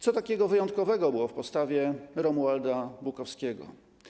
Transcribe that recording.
Co takiego wyjątkowego było w postawie Romualda Bukowskiego?